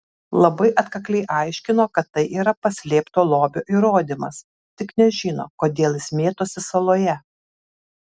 labai atkakliai aiškino kad tai yra paslėpto lobio įrodymas tik nežino kodėl jis mėtosi saloje